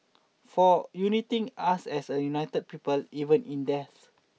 for uniting us as one united people even in death